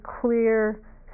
clear